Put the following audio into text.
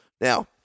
Now